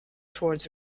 towards